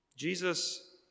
Jesus